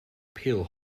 peel